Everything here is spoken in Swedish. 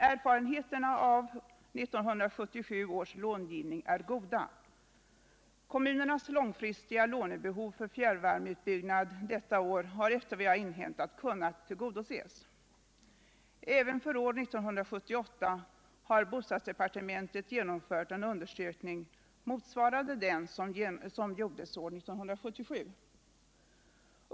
Erfarenheterna av 1977 års långivning är goda. Kommunernas långfristiga lånebehov för fjärrvärmeutbyggnad detta år har efter vad jag har inhämtat kunnat tillgodoses. Även för år 1978 har bostadsdepartementet genomfört en undersökning motsvarande den som gjordes år 1977.